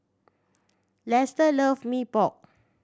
Lester love Mee Pok